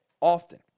often